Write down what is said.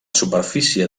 superfície